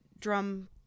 drum